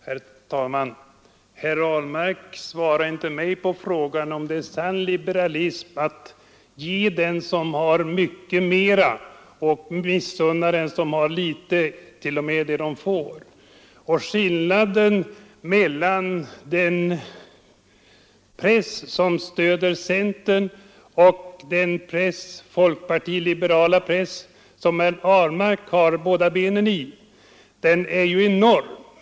Herr talman! Herr Ahlmark svarade mig inte på frågan om det är sann liberalism att ge mera åt dem som har mycket och missunna dem som har litet t.o.m. det som de får. Skillnaden mellan den press som stöder centern och den folkparti-liberala press som herr Ahlmark står med båda benen i är ju enorm.